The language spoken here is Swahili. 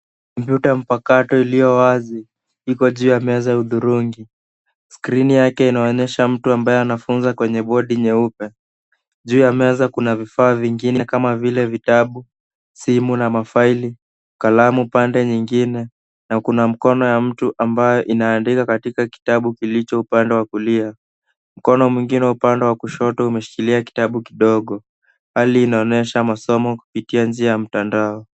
Kompyuta mpakato iliyo wazi. Iko juu ya meza hudhurungi. Skrini yake inaonyesha mtu ambaye anafunza kwenye bodi nyeupe. Juu ya meza kuna vifaa vingine kama vitabu, simu na mafaili, kalamu pande nyingine na kuna mkono ya mtu ambaye inaandika katika kitabu kilicho upande wa kulia. Mkono mwingine upande wa kushoto umeshikilia kitabu kidogo. Hali inaonyesha masomo ya mtandao.